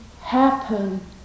happen